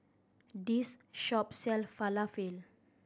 this shop sell Falafel